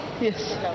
Yes